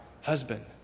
husband